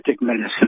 medicine